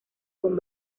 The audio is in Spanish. con